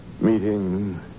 Meeting